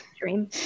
Dream